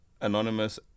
Anonymous